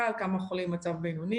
כ-80 איש ביחד,